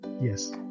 Yes